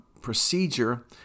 procedure